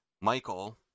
Michael